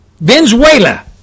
Venezuela